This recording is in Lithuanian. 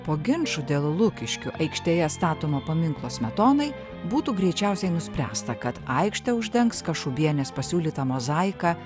po ginčų dėl lukiškių aikštėje statomo paminklo smetonai būtų greičiausiai nuspręsta kad aikštę uždengs kašubienės pasiūlyta mozaika